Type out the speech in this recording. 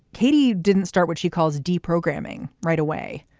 katie didn't start what she calls deprogramming right away.